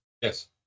Yes